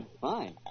Fine